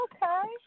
Okay